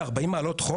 ב-40 מעלות?